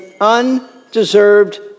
undeserved